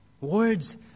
Words